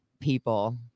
people